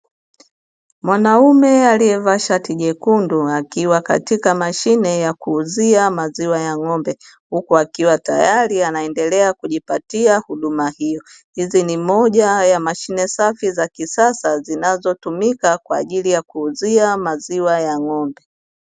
Mwanaume aliye vaa shati jekundu akiwa katika mashine ya kuuzia maziwa ya ng'ombe uku akiwa tayari anaendelea kujipatia huduma hiyo hizi ni moja ya mashine safi za kisasa zinazo tumika kwaajili ya kuuzia maziwa ya ng'ombe.